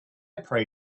pray